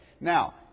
Now